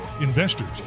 investors